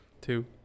two